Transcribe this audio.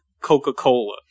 Coca-Cola